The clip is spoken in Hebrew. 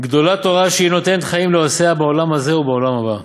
"גדולה תורה שהיא נותנת חיים לעושיה בעולם הזה ובעולם הבא,